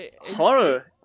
Horror